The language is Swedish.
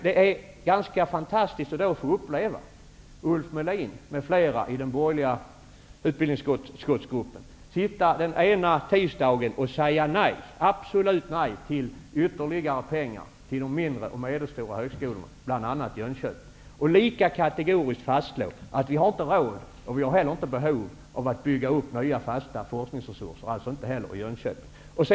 Det är ganska fantastiskt att få uppleva att Ulf Melin m.fl. i den borgerliga utbildningsutskottsgruppen en dag sitter och säger absolut nej till ytterligare pengar till de mindre och medelstora högskolorna i bl.a. Jönköping, och en tid senare lika kategoriskt fastslår att vi inte har råd och inte heller behov av att bygga upp nya färska forskningsresurser -- alltså inte heller i Jönköping.